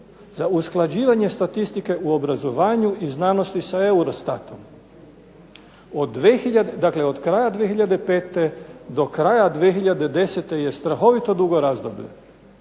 za usklađivanje statistike u obrazovanju i znanosti sa EUROSTAT-om. Dakle, od kraja 2005. do kraja 2010. je strahovito dugo razdoblje